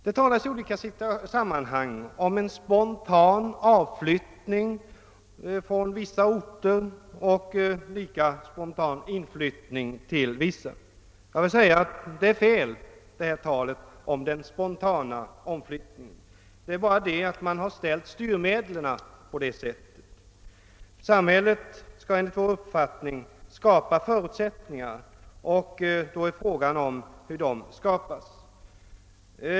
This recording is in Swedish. Det talas i olika sammanhang om en spontan avflyttning från vissa orter och om en lika spontan inflyttning till vissa orter. Jag vill säga att detta tal om en spontan avflyttning är fel. Det är bara det att samhällets ansvariga har ställt styrmedlen på detta sätt. Samhället bör enligt vår uppfattning skapa förutsättningar att lösa problemen, och då är frågan hur dessa förutsättningar skall skapas.